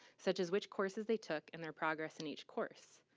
such as which courses they took and their progress in each course.